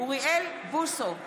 אוריאל בוסו,